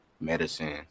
medicine